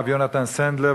הרב יונתן סנדלר,